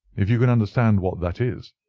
if you can understand what that is.